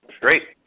Great